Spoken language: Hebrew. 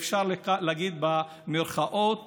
אפשר להגיד במירכאות